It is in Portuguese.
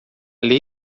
lei